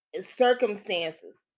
circumstances